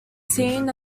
seen